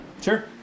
Sure